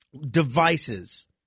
devices